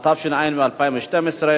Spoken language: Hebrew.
התשע"ב 2012,